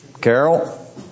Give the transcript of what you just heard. Carol